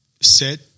Set